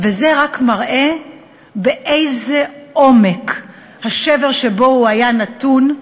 וזה רק מראה באיזה עומק היה השבר שבו הוא היה נתון,